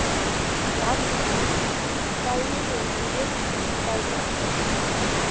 क्या मुझे बिटकॉइन में निवेश करना चाहिए?